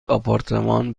آپارتمان